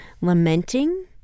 lamenting